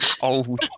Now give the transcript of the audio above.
old